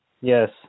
Yes